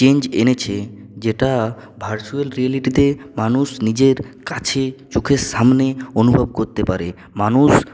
change এনেছে যেটা virtual রিয়ালিটিতে মানুষ নিজের কাছে চোখের সামনে অনুভব করতে পারে মানুষ